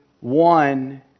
one